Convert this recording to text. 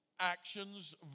actions